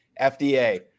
FDA